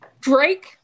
Drake